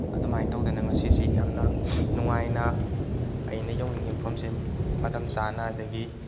ꯑꯗꯨꯃꯥꯏꯅ ꯇꯧꯗꯅ ꯉꯁꯤꯁꯤ ꯌꯥꯝꯅ ꯅꯨꯉꯥꯏꯅ ꯑꯩꯅ ꯌꯧꯅꯤꯡꯉꯤ ꯃꯐꯝꯁꯦ ꯃꯇꯝ ꯆꯥꯅ ꯑꯗꯨꯗꯒꯤ